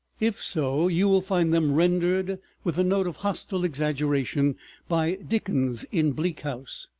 if so, you will find them rendered with a note of hostile exaggeration by dickens in bleak house,